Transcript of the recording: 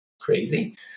crazy